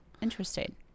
Interesting